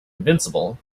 invincible